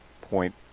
point